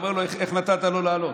הוא אומר לו: איך נתת לו לעלות?